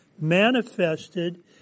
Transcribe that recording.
manifested